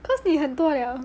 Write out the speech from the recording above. cause 你很多了